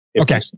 okay